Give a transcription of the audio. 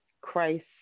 Christ